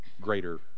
greater